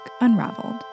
Unraveled